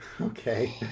Okay